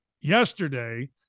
Yesterday